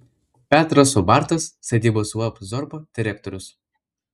petras ubartas statybos uab zorba direktorius